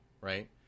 right